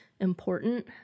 important